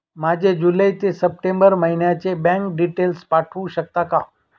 माझे जुलै ते सप्टेंबर महिन्याचे बँक डिटेल्स पाठवू शकता का?